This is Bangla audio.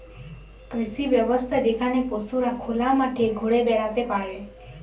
কৃষি ব্যবস্থা যেখানে পশুরা খোলা মাঠে ঘুরে বেড়াতে পারে